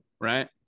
right